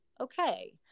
okay